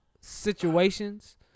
situations